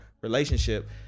relationship